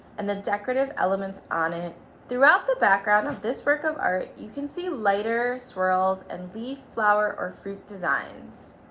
and the decorative elements on it throughout the background of this work of art you can see lighter swirls and leaf, flower, or fruit designs.